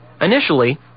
Initially